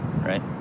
right